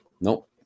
Nope